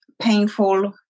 painful